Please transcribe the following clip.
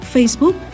Facebook